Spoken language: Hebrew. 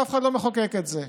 אבל אף אחד לא מחוקק את זה.